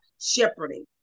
shepherding